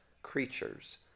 creatures